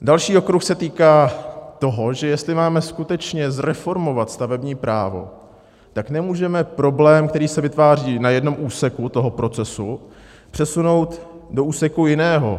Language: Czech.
Další okruh se týká toho, že jestli máme skutečně zreformovat stavební právo, tak nemůžeme problém, který se vytváří na jednom úseku toho procesu, přesunout do úseku jiného.